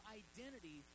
identity